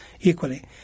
equally